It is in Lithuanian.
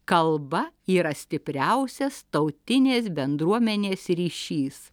kalba yra stipriausias tautinės bendruomenės ryšys